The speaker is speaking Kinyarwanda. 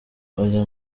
ayo